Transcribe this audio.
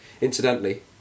Incidentally